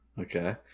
okay